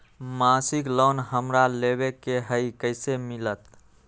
मासिक लोन हमरा लेवे के हई कैसे मिलत?